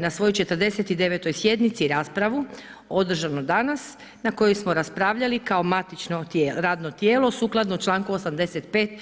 na svojoj 49. sjednici raspravu održanu danas na kojoj smo raspravljali kao matično radno tijelo sukladno čl. 85.